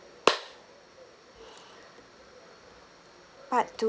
part two